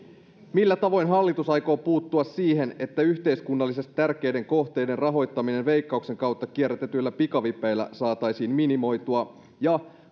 millä tavoin hallitus aikoo puuttua siihen että yhteiskunnallisesti tärkeiden kohteiden rahoittaminen veikkauksen kautta kierrätetyillä pikavipeillä saataisiin minimoitua ja